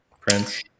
Prince